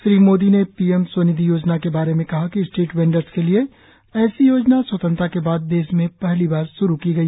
श्री मोदी ने PM Svanidhi Yojana के बारे में कहा कि स्ट्रीट वेंडर्स के लिए ऐसी योजना स्वतंत्रता के बाद देश में पहली बार शुरू की गई